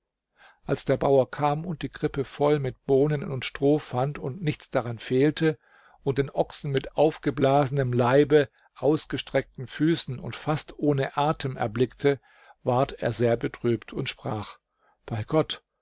als der bauer kam und die krippe voll mit bohnen und stroh fand und nichts daran fehlte und den ochsen mit aufgeblasenem leibe ausgestreckten füßen und fast ohne atem erblickte ward er sehr betrübt und sprach bei gott